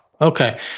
okay